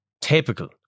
typical